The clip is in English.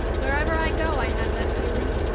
wherever i go i have that feeling.